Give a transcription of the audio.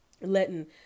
letting